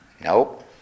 Nope